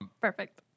Perfect